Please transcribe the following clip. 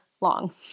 long